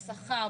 בשכר,